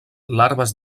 larves